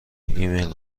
ایمیل